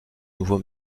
nouveau